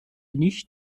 nicht